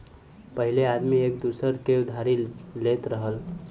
पहिले आदमी एक दूसर से उधारी लेत रहल